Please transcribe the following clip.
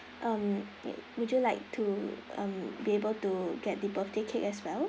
um uh would you like to um be able to get the birthday cake as well